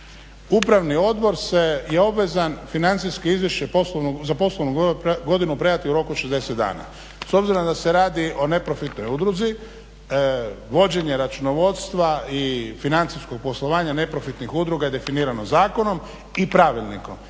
Upravni odbor je obvezan financijsko izvješće za poslovnu godinu predati u roku od 60 dana. S obzirom da se radi o neprofitnoj udruzi vođenje računovodstva i financijskog poslovanja neprofitnih udruga je definirano zakonom i pravilnikom.